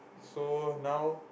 so now